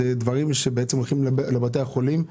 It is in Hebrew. אלה דברים שהולכים לבתי החולים לביופסיה.